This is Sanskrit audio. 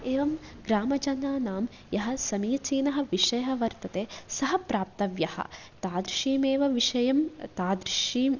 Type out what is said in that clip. एवं ग्रामजनानां यः समीचीनः विषयः वर्तते सः प्राप्तव्यः तादृशमेव विषयं तादृशीं